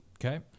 Okay